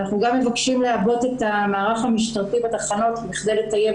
ואנחנו גם מבקשים לעבות את המערך המשטרתי בתחנות בכדי לטייב